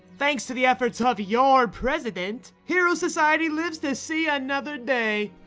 thanks to the efforts of your president, hero society lives to see another day!